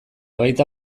baita